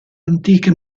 antiche